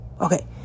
okay